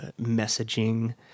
messaging